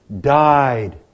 died